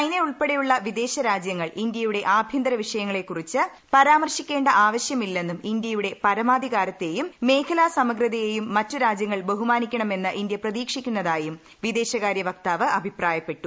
ചൈനയുൾപ്പെടെയുള്ള വിദേശ രാജ്യങ്ങൾ ഇന്ത്യയുടെ ആഭ്യന്തര വിഷയങ്ങളെ കുറിച്ച് പരാമർശിക്കേണ്ട ആവശ്യമില്ലെന്നും ഇന്ത്യയുടെ പരമാധികാരത്തെയും മേഖലാ സമഗ്രതയെയും മറ്റു രാജ്യങ്ങൾ ബഹുമാനിക്കണം എന്ന് ഇന്ത്യ പ്രതീക്ഷിക്കുന്നതായും വിദേശകാര്യ വക്താവ് അഭിപ്രായപ്പെട്ടു